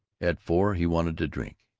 at four he wanted a drink.